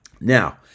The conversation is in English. Now